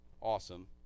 awesome